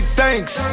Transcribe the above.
thanks